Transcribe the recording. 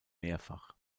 mehrfach